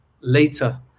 later